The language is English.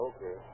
Okay